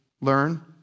learn